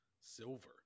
silver